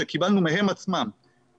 שקיבלנו מהם עצמם,